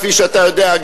כפי שאתה יודע,